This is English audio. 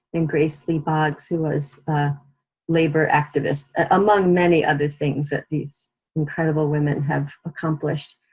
and grace lee boggs, who was a labor activist, among many other things that these incredible women have accomplished.